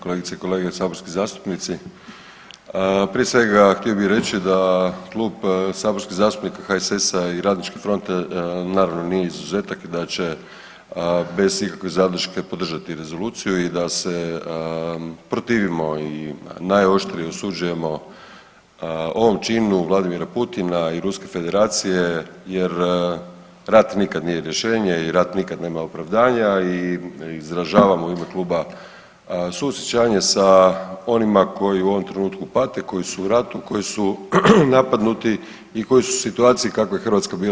Kolegice i kolege saborski zastupnici, prije svega htio bih reći da Klub saborskih zastupnika HSS-a i Radničke fronte naravno nije izuzetak i da će bez ikakve zadrške podržati rezoluciju i da se protivimo i najoštrije osuđujemo ovom činu Vladimira Putina i Ruske Federacije jer rat nikad nije rješenje i rat nikad nema opravdanja, a i izražavam u ime kluba suosjećanje sa onima koji u ovome trenutku pate, koji su u ratu, koji su napadnuti i koji su u situaciji u kakvoj je Hrvatska bila